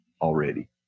already